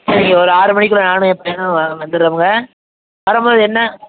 சரிங்க ஒரு ஆற்ர மணிக்குள்ளே நானும் என் பையனும் வ வந்தடுறோமுங்க வரும் போது என்ன